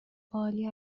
عالی